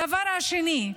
הדבר השני,